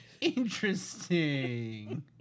Interesting